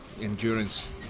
endurance